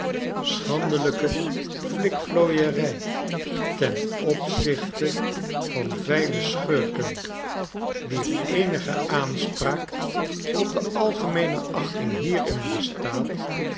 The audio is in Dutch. schandelijke flikflooierij ten opzichte van veile schurken wier eenige aanspraak opde algemeene achting hierin bestaat